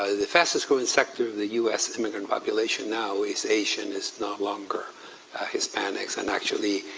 ah the fastest growing sector of the us immigrant population now is asian. it's no longer hispanics. and actually,